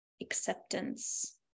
acceptance